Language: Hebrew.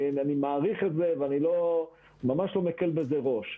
אני מעריך את זה ואני ממש לא מקל בזה ראש,